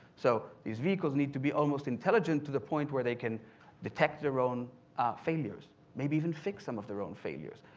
so these vehicles need to be almost intelligent to the point where they can detect their own failures maybe even fix some of their own failures.